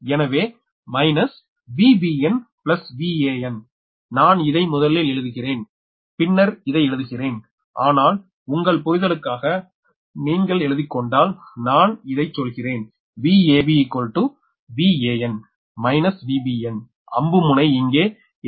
எனவே minus VbnVan நான் இதை முதலில் எழுதுகிறேன் பின்னர் இதை எழுதுகிறேன் ஆனால் உங்கள் புரிதலுக்காக நீங்கள் எடுத்துக் கொண்டால் நான் இதைச் சொல்கிறேன் Vab Van - Vbn அம்பு முனை இங்கே எதிர் உள்ளது